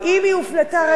על הרקע הזה,